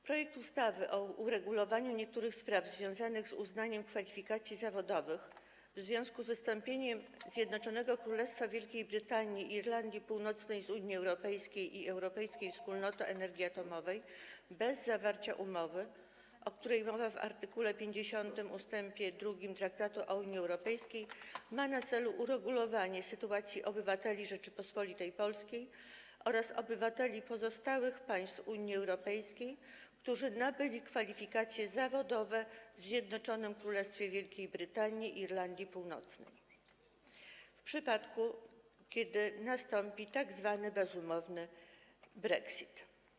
Projekt ustawy o uregulowaniu niektórych spraw związanych z uznawaniem kwalifikacji zawodowych w związku z wystąpieniem Zjednoczonego Królestwa Wielkiej Brytanii i Irlandii Północnej z Unii Europejskiej i Europejskiej Wspólnoty Energii Atomowej bez zawarcia umowy, o której mowa w art. 50 ust. 2 Traktatu o Unii Europejskiej, ma na celu uregulowanie sytuacji obywateli Rzeczypospolitej Polskiej oraz obywateli pozostałych państw Unii Europejskiej, którzy nabyli kwalifikacje zawodowe w Zjednoczonym Królestwie Wielkiej Brytanii i Irlandii Północnej, w przypadku kiedy nastąpi tzw. bezumowny brexit.